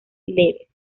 leves